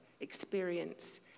experience